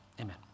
Amen